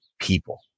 people